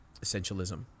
Essentialism